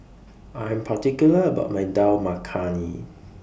I Am particular about My Dal Makhani